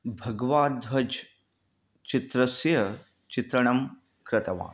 भगवाध्वजः चित्रस्य चित्रणं कृतवान्